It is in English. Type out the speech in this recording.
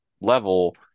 level